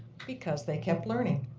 because they kept learning.